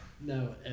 No